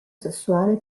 sessuale